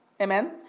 Amen